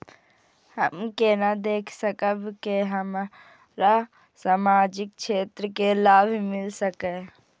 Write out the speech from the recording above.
हम केना देख सकब के हमरा सामाजिक क्षेत्र के लाभ मिल सकैये?